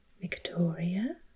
Victoria